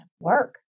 work